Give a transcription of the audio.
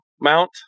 mount